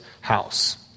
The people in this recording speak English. house